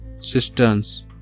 cisterns